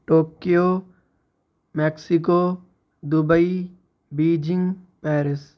Tokyo Mexico Dubai Beijing Paris